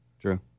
true